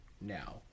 now